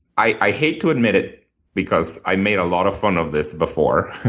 i i hate to admit it because i made a lot of fun of this before.